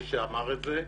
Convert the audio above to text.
מי שאמר את זה,